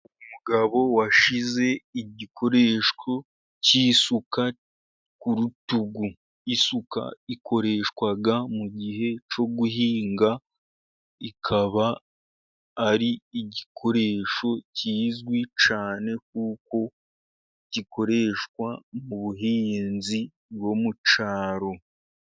Umugabo washyize igikoresho cy'isuka ku rutugu, isuka ikoreshwa mu gihe cyo guhinga ikaba ari igikoresho kizwi cyane, kuko gikoreshwa mu buhinzi bwo mu cyaro.